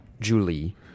julie